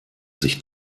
sich